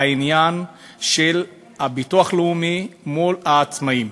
העניין של הביטוח הלאומי מול העצמאים.